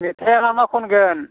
मेथाइआ मा मा खनगोन